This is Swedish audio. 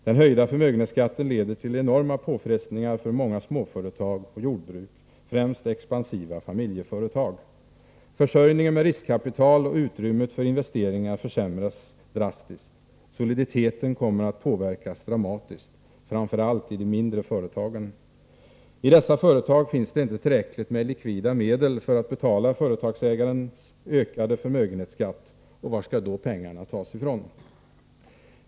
Den höjda förmögenhetsskatten leder till enorma påfrestningar för många småföretag och jordbruk, främst expansiva familjeföretag. Försörjningen med riskkapital och utrymmet för investeringar försämras drastiskt. Soliditeten kommer att påverkas dramatiskt — framför allt i de mindre företagen. I dessa företag finns det inte tillräckligt med likvida medel för att betala företagsägarens ökade förmögenhetsskatt. Var skall då pengarna tas ifrån?